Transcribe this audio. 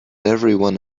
everyone